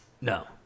No